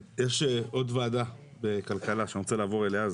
עוד ועדה בכלכלה שאני רוצה לעבור אליה.